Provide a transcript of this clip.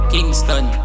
Kingston